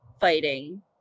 fighting